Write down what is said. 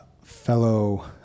fellow